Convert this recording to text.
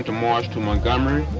ah march to montgomery,